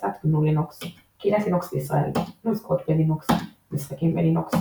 הפצת גנו/לינוקס קהילת לינוקס בישראל נוזקות בלינוקס משחקים בלינוקס